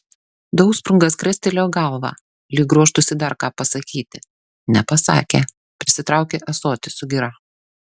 dausprungas krestelėjo galvą lyg ruoštųsi dar ką pasakyti nepasakė prisitraukė ąsotį su gira